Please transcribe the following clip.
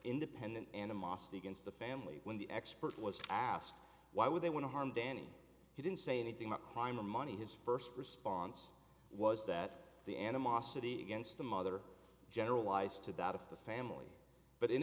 independent animosity against the family when the expert was asked why would they want to harm danny he didn't say anything about crime or money his first response was that the animosity against the mother generalize to that of the family but in